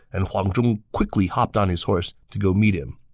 and huang zhong quickly hopped on his horse to go meet him.